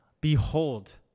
Behold